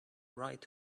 right